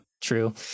True